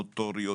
מוטוריות,